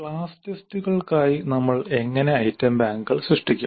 class ടെസ്റ്റുകൾക്കായി നമ്മൾ എങ്ങനെ ഐറ്റം ബാങ്കുകൾ സൃഷ്ടിക്കും